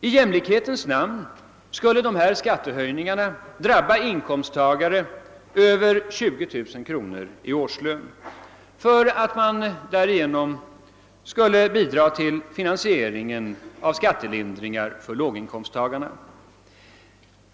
I jämlikhetens namn skulle dessa skattehöjningar drabba inkomsttagare med över 20 000 kronor i årslön för att bidra till finansieringen av skattelindringar för låginkomsttagarna.